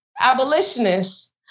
abolitionists